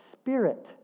Spirit